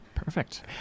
Perfect